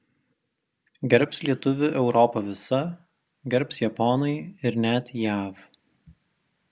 gerbs lietuvį europa visa gerbs japonai ir net jav